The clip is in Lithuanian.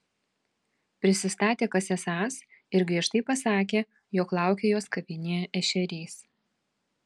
prisistatė kas esąs ir griežtai pasakė jog laukia jos kavinėje ešerys